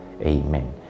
Amen